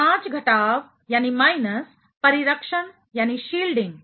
5 घटाव माइनस परिरक्षण शील्डिंग